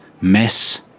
mess